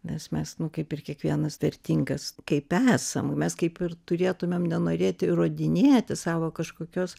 nes mes nu kaip ir kiekvienas vertingas kaip esam mes kaip ir turėtumėm nenorėti įrodinėti savo kažkokios